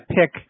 pick